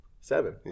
Seven